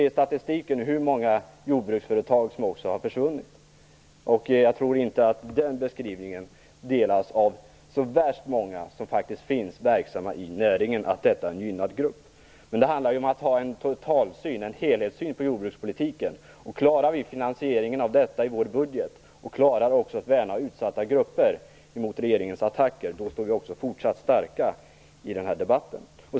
I statistiken kan man se hur många jordbruksföretag som har försvunnit. Jag tror inte att beskrivningen "gynnad grupp" delas av så värst många som faktiskt är verksamma i näringen. Det handlar om att ha en helhetssyn på jordbrukspolitiken. Om vi klarar finansieringen av det här i vår budget och att värna utsatta grupper mot regeringens attacker, står vi också fortsatt starka i den här debatten.